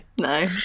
no